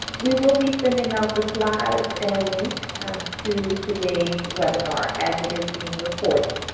we will be sending out the slides and a link to today's webinar as it is being recorded.